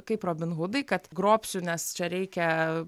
kaip robinai hudai kad grobsiu nes čia reikia